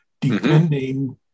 defending